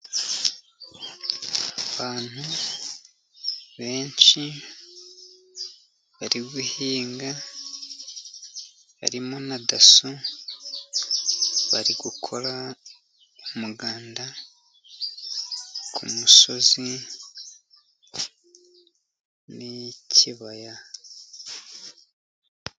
Abantu benshi bari guhinga, harimo na dasso bari gukora umuganda ku musozi n' ikibaya.